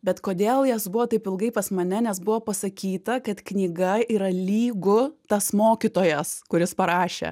bet kodėl jos buvo taip ilgai pas mane nes buvo pasakyta kad knyga yra lygu tas mokytojas kuris parašė